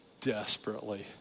desperately